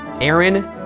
Aaron